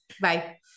Bye